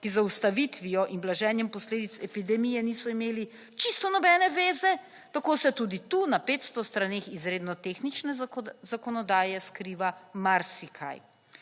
ki z zaustavitvijo in blaženjem posledic epidemije niso imeli čisto nobene veze, tako se tudi tu na 500 straneh izredno tehnične zakonodaje skriva marsikaj.